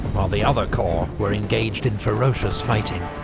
while the other corps were engaged in ferocious fighting.